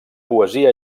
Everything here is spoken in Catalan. poesia